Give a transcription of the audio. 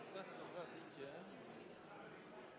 Derfor er det